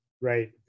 right